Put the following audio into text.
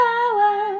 Power